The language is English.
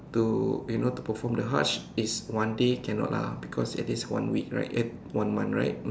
to you know to perform the Hajj it's one day cannot lah because it's at least one week right eh one month right